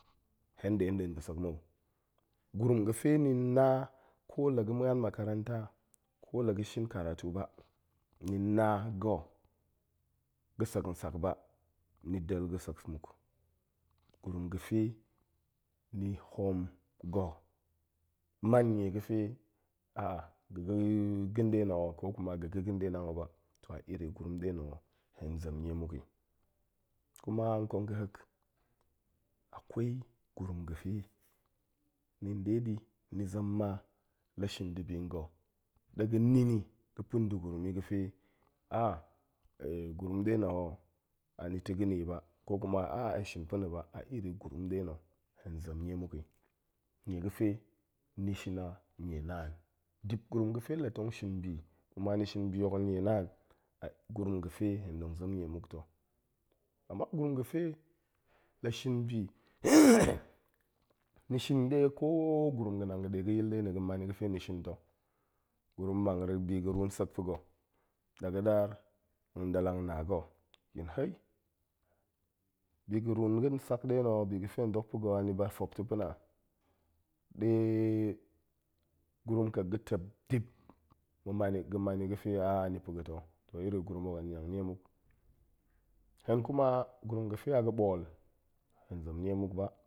Hen ɗe nɗin ga̱sek mou. gurum ga̱fe ni na ko la ga̱ ma̱an makaranta, ko la ga̱ shin karatu ba, ni na ga̱ ga̱ sek nsak ba, ni del ga̱ sek muk, gurum ga̱fe ni hoom ga̱ man ɗie ga̱fe ga̱ ga̱ ga̱n ɗe na̱ ho ko kuma ga̱ ga̱n ga̱n ɗe nan ho ba, toh a iri gurum nɗe na̱ ho hen zem ɗie muk i. kuma nkong ga̱hek, akwaigurum ga̱fe ni nɗe ɗi, ni ma la shin ndibi nga̱, ɗe ga̱ nin i ga̱ pa̱ nda̱ gurum i fe gurum nḏe na̱ ho, anita̱ ga̱ni ba, kokuma hen shin pa̱ni ba, a iri gurum nɗe na̱, hen zem nie muk i, nie ga̱fe ni shin a nie naan. dip gurum ga̱fe la tong shin bi, kuma ni shin bi hok a nie naan, gurum ga̱fe hen tong zem nie muk to. ama gurum ga̱fe la shin bi ni shin ɗe ko gurum ga̱nan ga̱ ɗe ga̱yil nɗe na̱ ga̱ man ni gaafe ni shin ta̱. gurum mang bi ga̱ ruun nsek pa̱ga̱, ɗaga̱ɗaar tong ɗalang na ga̱ yin hai bi ga̱ ruun ga̱ nsak nɗe na̱ o bi ga̱fe hen dok pa̱ga̱ a nita̱ ba fop ta̱ pa̱na̱ naa ɗe gurum ƙek ga̱tep dip ga̱ man-ga̱ man ni fe ni ga̱fe ni pa̱ ga̱ to, toh iri gurum hok, hen niang nie muk. hen kuma gurum ga̱fe a ga̱ ɓool, hen zem nie muk ba,